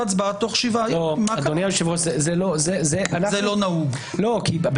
אורלי, אני